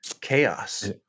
Chaos